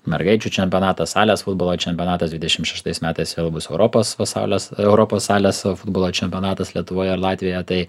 mergaičių čempionatas salės futbolo čempionatas dvidešim šeštais metais jau bus europos va salės europos salės futbolo čempionatas lietuvoje ir latvijoje tai